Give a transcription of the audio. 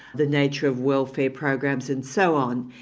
the nature of welfare programs and so on.